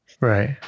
Right